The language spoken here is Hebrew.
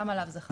גם עליו זה חל?